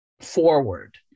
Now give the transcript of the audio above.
forward